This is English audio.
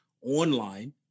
online